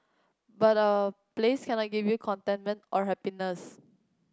but a place cannot give you contentment or happiness